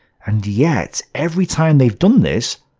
and yet, every time they've done this,